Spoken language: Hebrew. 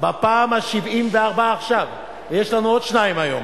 בפעם ה-74 עכשיו, יש לנו עוד שניים היום.